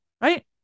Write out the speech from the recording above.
Right